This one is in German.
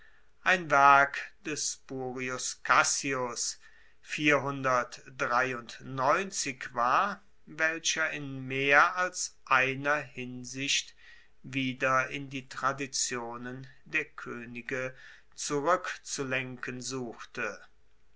ein werk des spurius cassius war welcher in mehr als einer hinsicht wieder in die traditionen der koenige zurueckzulenken suchte